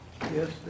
Yes